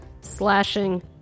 slashing